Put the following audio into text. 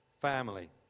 family